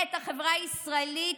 את החברה הישראלית,